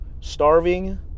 starving